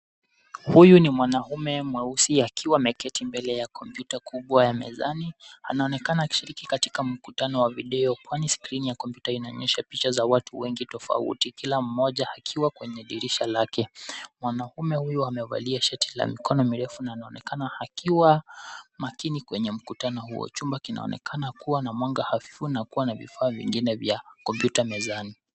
Huyu ni mwanaume mweusi akiwa ameketi mbele ya kompyuta kubwa ya mezani. Anaonekana akishiriki katika mkutano wa video kwani skrini ya kompyuta inaonyesha picha za watu wengi tofauti kila mmoja akiwa kwenye dirisha lake. Mwanaume huyu amevalia shati la mikono mirefu na anaonekana akiwa makini kwenye mkutano huo. Chumba kinaonekana kuwa na mwanga hafifu na kuwa na vifaa vingine vya kompyuta mezani.